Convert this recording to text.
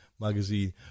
magazine